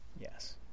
yes